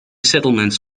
settlements